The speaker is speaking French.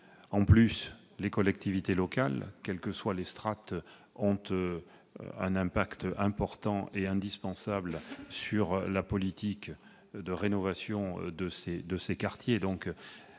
De plus, les collectivités locales, quelles que soient les strates, ont un impact important et indispensable sur la politique de rénovation de ces quartiers.